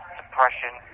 depression